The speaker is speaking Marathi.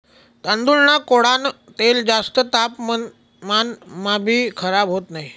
तांदूळना कोंडान तेल जास्त तापमानमाभी खराब होत नही